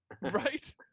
Right